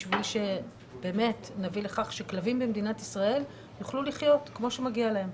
בשביל שבאמת נביא לכך שכלבים במדינת ישראל יוכלו לחיות כמו שמגיע להם,